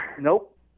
Nope